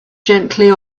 gently